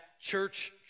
church